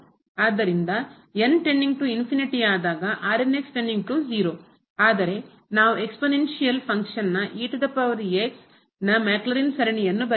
ಆದ್ದರಿಂದ ಆದಾಗ ಆದರೆ ನಾವು ಎಕ್ಸ್ಪೋನೆಂಇನ್ಸಿಯಲ್ ಫಂಕ್ಷನ್ನ ಕಾರ್ಯದ ಘಾತೀಯ ನ ಮ್ಯಾಕ್ಲೌರಿನ್ಸ್ ಸರಣಿಯನ್ನು ಬರೆಯಬಹುದು